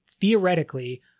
theoretically